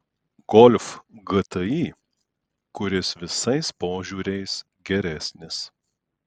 golf gti kuris visais požiūriais geresnis